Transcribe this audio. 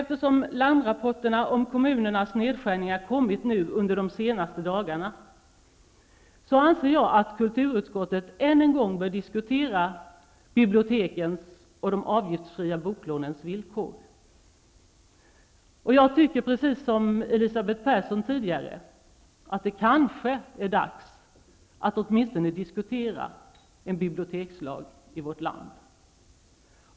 Eftersom larmrapporterna om kommunernas nedskärningar har kommit under de senaste dagarna, anser jag att kulturutskottet än en gång bör diskutera bibliotekens och de avgiftsfria boklånens villkor. Jag tycker, precis som Elisabeth Persson tidigare, att det kanske är dags att åtminstone diskutera en bibliotekslag i vårt land.